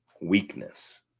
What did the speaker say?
weakness